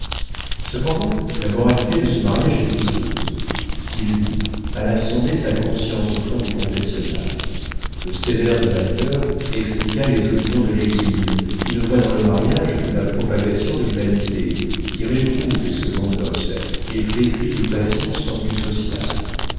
cependant la moralité de ce mariage était douteuse sylvie alla sonder sa conscience au fond du confessionnal le sévère directeur expliqua les opinions de l'église qui ne voit dans le mariage que la propagation de l'humanité qui réprouve les secondes noces et flétrit les passions sans but social